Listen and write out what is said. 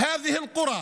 הכפרים